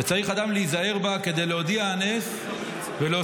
וצריך אדם להיזהר בה כדי להודיע הנס ולהוסיף